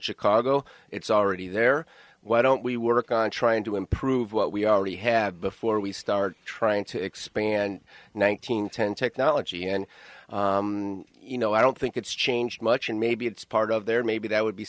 chicago it's already there why don't we work on trying to improve what we already have before we start trying to expand one nine hundred ten technology and you know i don't think it's changed much and maybe it's part of there maybe that would be